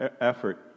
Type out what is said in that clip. effort